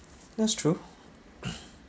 that's true